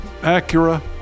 Acura